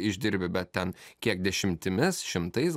išdirbi bet ten kiek dešimtimis šimtais